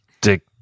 dick